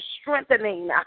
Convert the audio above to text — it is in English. strengthening